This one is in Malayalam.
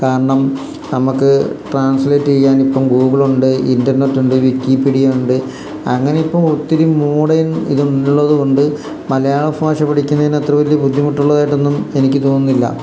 കാരണം നമുക്ക് ട്രാൻസ്ലേറ്റ് ചെയ്യാൻ ഇപ്പം ഗൂഗിൾ ഉണ്ട് ഇൻറ്റർനെറ്റ് ഉണ്ട് വിക്കിപീഡിയ ഉണ്ട് അങ്ങനെ ഇപ്പം ഒത്തിരി മൂടയൻ ഇത് ഉള്ളത് കൊണ്ട് മലയാള ഭാഷ പഠിക്കുന്നതിന് അത്ര വലിയ ബുദ്ധിമുട്ടുള്ളതായിട്ടൊന്നും എനിക്ക് തോന്നുന്നില്ല